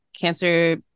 cancer